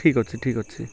ଠିକ୍ ଅଛି ଠିକ୍ ଅଛି